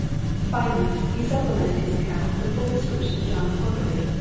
finally, he supplemented his account with a full description of john horbury,